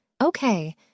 okay